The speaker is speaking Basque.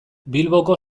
bilboko